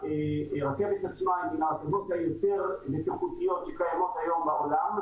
הרכבת עצמה היא מהרכבות היותר בטיחותיות שקיימות היום בעולם,